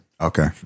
Okay